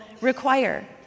require